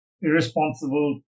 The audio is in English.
irresponsible